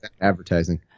advertising